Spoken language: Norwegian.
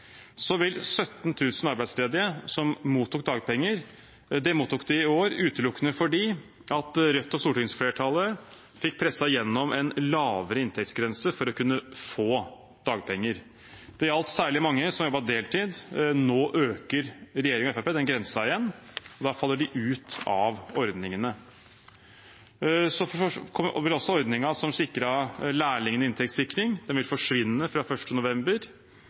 år utelukkende fordi Rødt og stortingsflertallet fikk presset gjennom en lavere inntektsgrense for å kunne få dagpenger – det gjaldt særlig mange som har jobbet deltid. Nå øker regjeringen og Fremskrittspartiet den grensen igjen, og da faller man ut av ordningene. Også ordningen med inntektssikring for lærlingene vil forsvinne fra 1. november, og vi vet at de som er frilansere, får kuttet inntekten med en fjerdedel fra 1. november.